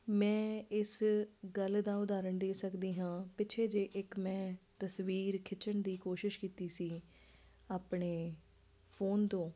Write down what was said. ਮੈਂ ਇਸ ਗੱਲ ਦਾ ਉਦਾਹਰਣ ਦੇ ਸਕਦੀ ਹਾਂ ਪਿੱਛੇ ਜਿਹੇ ਇੱਕ ਮੈਂ ਤਸਵੀਰ ਖਿੱਚਣ ਦੀ ਕੋਸ਼ਿਸ਼ ਕੀਤੀ ਸੀ ਆਪਣੇ ਫੋਨ ਤੋਂ